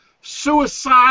Suicide